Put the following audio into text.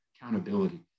accountability